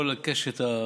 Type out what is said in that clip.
כל הקשת,